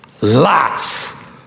lots